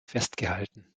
festgehalten